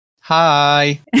Hi